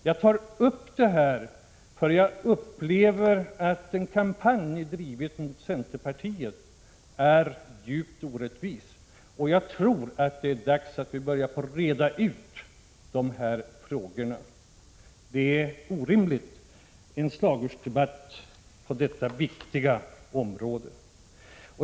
Jag tar upp detta därför att jag upplever att den kampanj som folkpartiet har drivit mot centerpartiet är djupt orättvis. Det är dags att börja reda ut dessa frågor — det är orimligt att föra en slagordsdebatt på detta viktiga område.